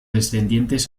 descendientes